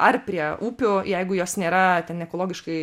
ar prie upių jeigu jos nėra ten ekologiškai